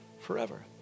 forever